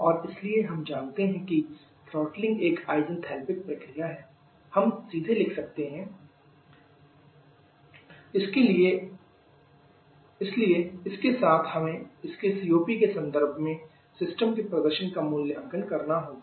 और इसलिए हम जानते हैं कि थ्रॉटलिंग एक आइसेंथालपिक प्रक्रिया है हम सीधे लिख सकते हैं h3 h4 इसलिए इसके साथ हमें इसके COP के संदर्भ में सिस्टम के प्रदर्शन का मूल्यांकन करना होगा